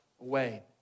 away